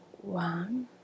One